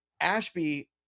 Ashby